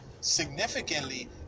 significantly